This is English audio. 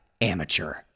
amateur